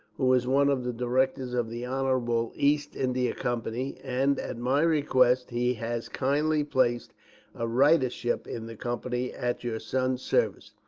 who is one of the directors of the honorable east india company, and at my request he has kindly placed a writership in the company at your son's service.